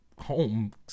home